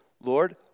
Lord